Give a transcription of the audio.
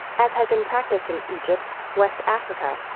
as had been practiced in egypt, west africa,